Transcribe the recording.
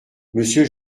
monsieur